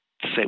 Say